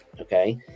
okay